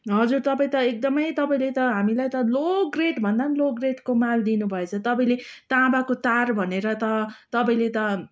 हजुर तपाईँ त एकदमै तपाईँले त हामीलाई त लो ग्रेड भन्दा पनि लो ग्रेटको माल दिनुभएछ तपाईँले ताँबाको तार भनेर त तपाईँले त